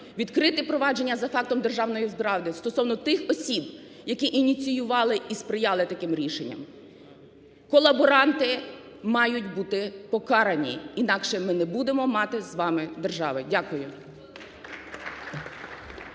відкрити провадження за фактом державної зради стосовно тих осіб, які ініціювали і сприяли таким рішенням. Колаборанти мають бути покарані, інакше ми не будемо мати з вами держави. Дякую.